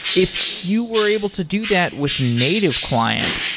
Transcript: if you were able to do that with native client,